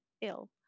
ill